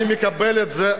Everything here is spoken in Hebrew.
אני מקבל את זה,